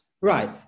Right